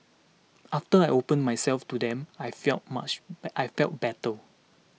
after I opened myself to them I felt much bad I felt better